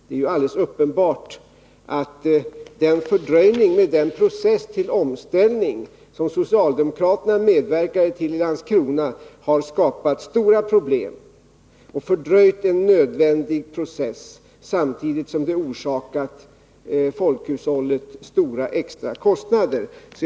Det är alldeles uppenbart att den fördröjning i omställningsprocessen som socialdemokraterna medverkade till i Landskrona har skapat stora problem. En nödvändig process fördröjdes samtidigt som folkhushållet förorsakades stora, extra kostnader.